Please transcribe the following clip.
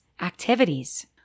activities